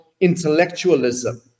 intellectualism